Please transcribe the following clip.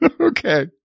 Okay